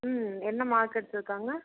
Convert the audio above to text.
ம் என்ன மார்க் எடுத்திருக்காங்க